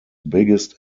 biggest